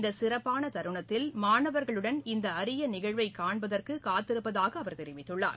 இந்த சிறப்பான தருணத்தில் மாணவர்களுடன் இந்த அரிய நிகழ்வை காண்பதற்கு காத்திருப்பதாக அவர் தெரிவித்துள்ளார்